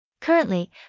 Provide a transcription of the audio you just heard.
Currently